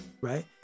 right